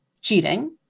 cheating